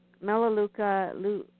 Melaleuca